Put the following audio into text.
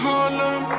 Harlem